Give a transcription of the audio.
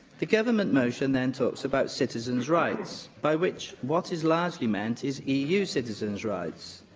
the government motion then talks about citizens' rights, by which what is largely meant is eu citizens' rights.